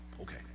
Okay